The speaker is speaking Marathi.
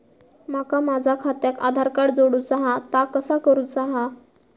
माका माझा खात्याक आधार कार्ड जोडूचा हा ता कसा करुचा हा?